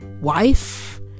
wife